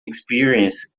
experience